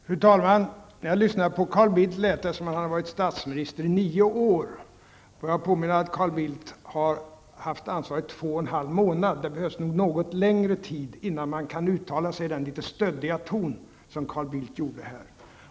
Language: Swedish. Fru talman! När jag lyssnade på Carl Bildt, tyckte jag att det lät som om han hade varit statsminister i nio år. Låt mig påminna om att Carl Bildt har haft det ansvaret i två och en halv månad. Det behövs nog längre tid innan man kan uttala sig i den litet stöddiga ton som Carl Bildt använde här.